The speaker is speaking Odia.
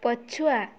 ପଛୁଆ